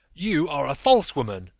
you are a false woman,